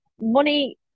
money